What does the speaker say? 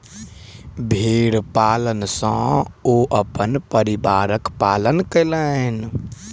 भेड़ पालन सॅ ओ अपन परिवारक पालन कयलैन